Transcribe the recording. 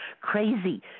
Crazy